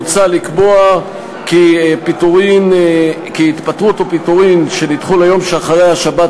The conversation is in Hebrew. מוצע לקבוע כי התפטרות או פיטורין שנדחו ליום שאחרי השבת